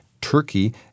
Turkey